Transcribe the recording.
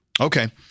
Okay